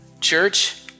Church